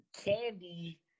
Candy